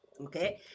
Okay